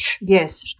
Yes